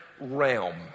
realm